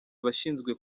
abashinzwe